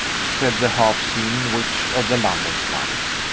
said the half-seen witch of the london slums.